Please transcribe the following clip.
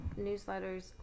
newsletters